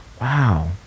Wow